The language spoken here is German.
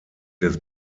des